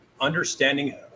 understanding